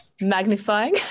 magnifying